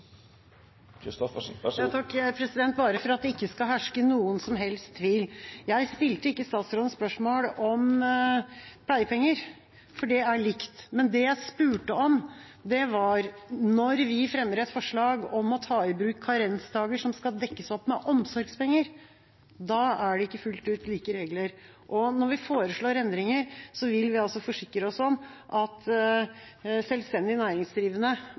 Christoffersen har hatt ordet to gonger tidlegare og får ordet til ein kort merknad, avgrensa til 1 minutt. Bare for at det ikke skal herske noen som helst tvil: Jeg stilte ikke statsråden spørsmål om pleiepenger, for det er likt. Men det jeg spurte om, var at når vi fremmer et forslag om å ta i bruk karensdager som skal dekkes opp med omsorgspenger, da er det ikke fullt ut like regler. Når vi foreslår endringer, vil vi altså forsikre oss om at